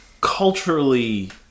culturally